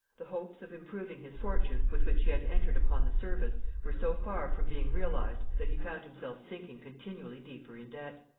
the hopes of improving his fortune, with which he had entered upon the service, were so far from being realized that he found himself sinking continually deeper in debt.